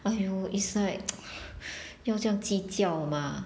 !aiyo! it's like 要这样计较吗